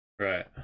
right